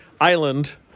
Island